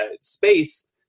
space